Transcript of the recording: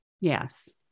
Yes